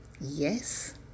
yes